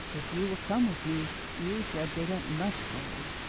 if you will come with me you shall dig up much gold.